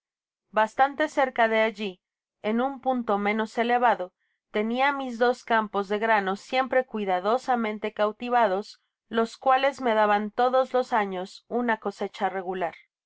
bastante cerca de allí en un punto menos elevado tenia mis dos campos de grano siempre cuidadosamente cautivados los cuales me daban todos los años una cosecha regular